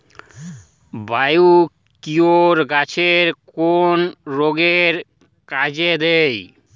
Biocure গাছের কোন রোগে কাজেদেয়?